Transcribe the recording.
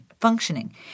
functioning